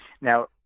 Now